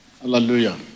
Hallelujah